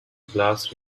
glass